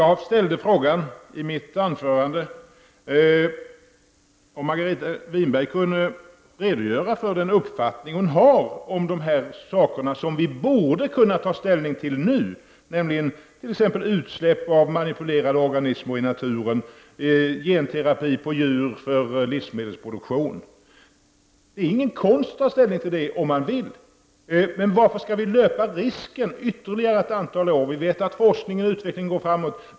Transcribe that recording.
I mitt anförande frågade jag Margareta Winberg om hon kunde redogöra för sin uppfattning om de här sakerna, som vi borde kunna ta ställning till nu, t.ex. utsläpp av manipulerade organismer i naturen, genterapi på djur för livsmedelsproduktionen. Det är ingen konst att ta ställning till det om man vill. Varför skall vi löpa risken ytterligare ett antal år? Vi vet att forskning och utveckling går framåt.